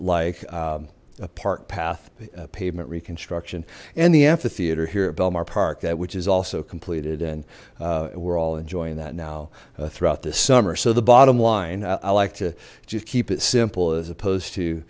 like a park path pavement reconstruction and the amphitheater here at belmont park that which is also completed and we're all enjoying that now throughout this summer so the bottom line i like to just keep it simple as opposed to